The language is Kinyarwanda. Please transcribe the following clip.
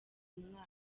umwana